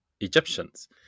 Egyptians